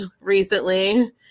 recently